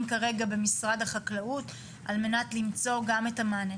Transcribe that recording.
כרגע במשרד החקלאות על מנת למצוא גם את המענים.